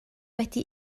wedi